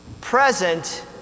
present